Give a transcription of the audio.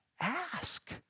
ask